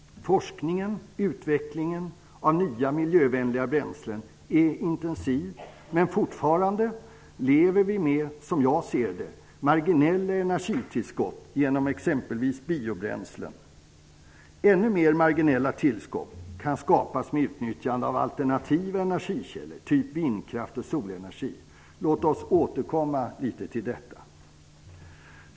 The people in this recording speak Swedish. Forskningen och utvecklingen av nya miljövänliga bränslen är intensiv, men fortfarande lever vi med marginella energitillskott som vi exempelvis får från biobränslen. Ännu mer marginella tillskott kan skapas genom att man utnyttjar alternativa energikällor, t.ex. vindkraft och solenergi. Låt oss återkomma till det!